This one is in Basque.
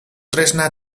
tresna